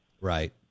Right